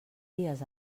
dies